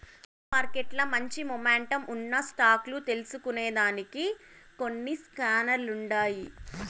stock మార్కెట్ల మంచి momentum ఉన్న స్టాక్ లు తెల్సుకొనేదానికి కొన్ని స్కానర్లుండాయి